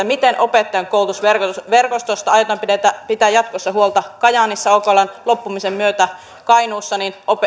miten opettajankoulutusverkostosta aiotaan pitää jatkossa huolta kajaanin okln loppumisen myötä kainuussa